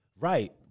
Right